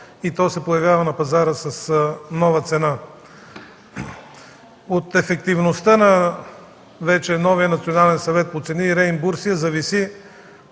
и то се появява на пазара с нова цена. От ефективността на вече новия Национален съвет по цени и реимбурсия зависи